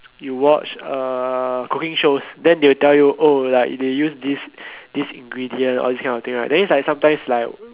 you watch uh cooking shows then they'll tell you oh like the used this this ingredient all this kind of thing right then is like sometimes like